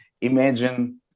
imagine